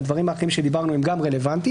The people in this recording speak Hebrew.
הדברים האחרים שדיברנו הם גם רלוונטיים